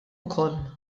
ukoll